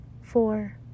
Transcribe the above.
Four